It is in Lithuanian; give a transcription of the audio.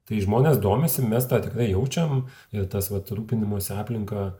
tai žmonės domisi mes tą tikrai jaučiam ir tas vat rūpinimosi aplinka